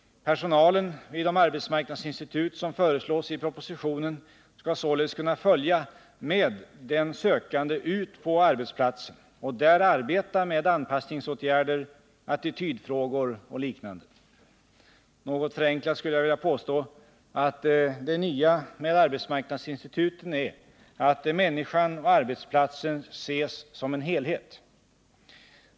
Personalen vid de arbetsmarknadsinstitut som föreslås i propositionen skall således kunna följa med den sökande ut på arbetsplatsen och där arbeta med anpassningsåtgärder, attitydfrågor och liknande. Något förenklat skulle jag vilja påstå att det nya med arbetsmarknadssituationen är att människan och arbetsplatsen ses som en helhet.